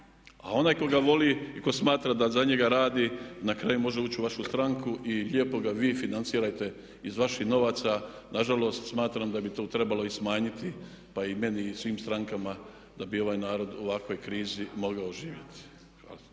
a onaj tko ga voli i tko smatra da za njega radi na kraju može ući u vašu stranku i lijepo ga vi financirajte iz vaših novaca. Nažalost, smatram da bi to trebalo i smanjiti. Pa i meni i svim strankama da bi ovaj narod u ovakvoj krizi mogao živjeti.